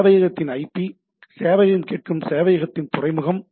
சேவையகத்தின் ஐபி சேவையகம் கேட்கும் சேவையகத்தின் துறைமுகம்